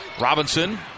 Robinson